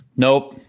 Nope